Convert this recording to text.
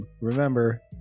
remember